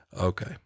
okay